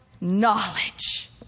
knowledge